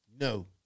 no